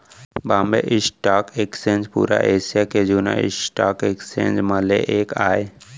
Bombay stock exchange पुरा Asia के जुन्ना स्टॉक एक्सचेंज म ले एक आय